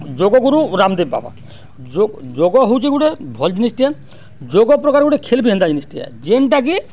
ଯୋଗ ଗୁରୁ ରାମ୍ଦେବ୍ ବାବା ଯୋଗ ହଉଛେ ଗୁଟେ ଭଲ୍ ଜିନିଷ୍ଟେ ଏ ଯୋଗ ପ୍ରକାର୍ ଗୁଟେ ଖେଲ୍ ବିି ହେନ୍ତା ଜିନିଷ୍ଟେ ଏ ଯେନ୍ଟାକି